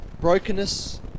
Brokenness